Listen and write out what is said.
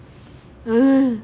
ugh